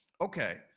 Okay